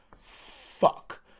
fuck